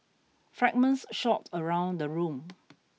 fragments shot around the room